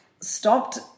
stopped